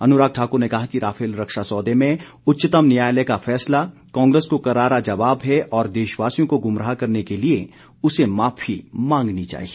अनुराग ठाकुर ने कहा कि राफेल रक्षा सौदे में उच्चतम न्यायालय का फैसला कांग्रेस को करारा जवाब है और देशवासियों को गुमराह करने के लिए उसे माफी मांगनी चाहिए